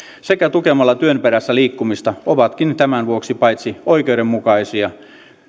sekä tukemalla työn perässä liikkumista ovatkin tämän vuoksi paitsi oikeudenmukaisia